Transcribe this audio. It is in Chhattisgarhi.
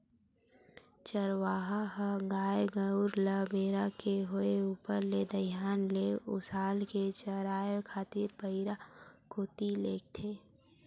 चरवाहा ह गाय गरु ल बेरा के होय ऊपर ले दईहान ले उसाल के चराए खातिर परिया कोती लेगथे